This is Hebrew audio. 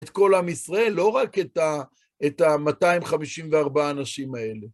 את כל עם ישראל, לא רק את ה-254 אנשים האלה.